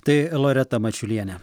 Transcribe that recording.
tai loreta mačiulienė